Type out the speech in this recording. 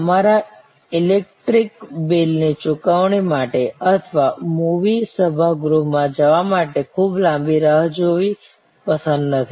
તમારા ઇલેક્ટ્રિક બિલની ચુકવણી માટે અથવા મૂવી સભાગૃહમાં જવા માટે ખૂબ લાંબી રાહ જોવી પસંદ નથી